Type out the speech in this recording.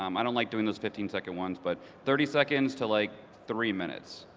um i don't like doing those fifteen second ones but thirty seconds to like three minutes.